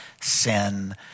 sin